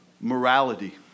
morality